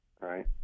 right